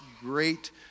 great